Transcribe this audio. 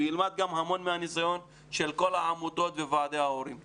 הוא ילמד גם המון מהניסיון של כל העמותות וועדי ההורים תודה.